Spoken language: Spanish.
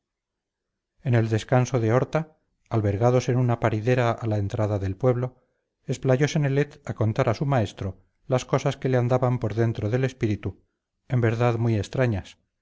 en el descanso de horta albergados en una paridera a la entrada del pueblo explayose nelet a contar a su maestrolas cosas que le andaban por dentro del espíritu en verdad muy extrañas